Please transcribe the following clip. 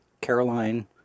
Caroline